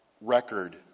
record